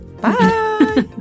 bye